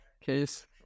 case